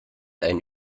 einen